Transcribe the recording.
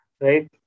Right